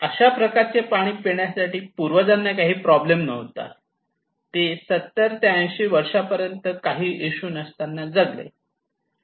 अशा प्रकारचे पाणी पिण्यासाठी पूर्वजांना काहीही प्रॉब्लेम नव्हता ती लोक 70 ते 80 वर्षापर्यंत काहीही इशू नसताना जगले